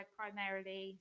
primarily